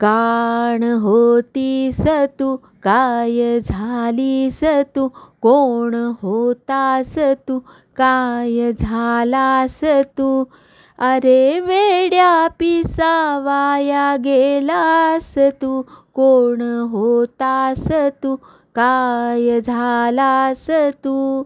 कोण होतीस तू काय झालीस तू कोण होतास तू काय झालास तू अरे वेड्या कसा वाया गेलास तू कोण होतास तू काय झालास तू